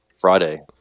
friday